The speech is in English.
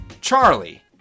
charlie